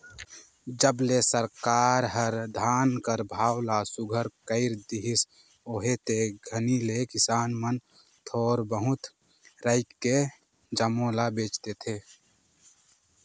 जब ले सरकार हर धान कर भाव ल सुग्घर कइर देहिस अहे ते घनी ले किसान मन थोर बहुत राएख के जम्मो ल बेच देथे